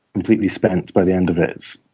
completely spent by the end of it.